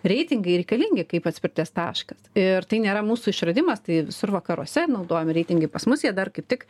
reitingai reikalingi kaip atspirties taškas ir tai nėra mūsų išradimas tai visur vakaruose naudojami reitingai pas mus jie dar kaip tik